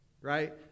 Right